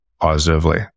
positively